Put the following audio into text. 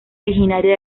originaria